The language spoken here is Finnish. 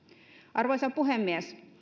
arvoisa puhemies